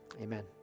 Amen